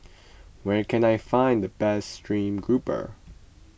where can I find the best Stream Grouper